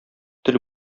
тел